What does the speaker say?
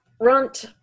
Runt